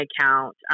account